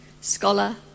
scholar